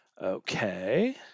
Okay